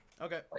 Okay